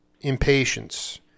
impatience